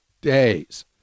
days